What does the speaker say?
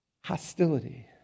Hostility